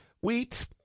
Wheat